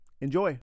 Enjoy